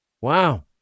Wow